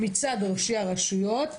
מצד ראשי הרשויות,